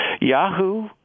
Yahoo